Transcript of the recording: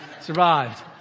survived